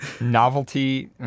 Novelty